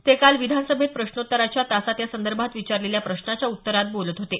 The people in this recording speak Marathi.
ते काल काल विधानसभेत प्रश्नोत्तराच्या तासात यासंदर्भात विचारलेल्या प्रश्नाच्या उत्तरात बोलत होते